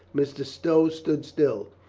mr. stow stood still,